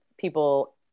people